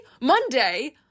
Monday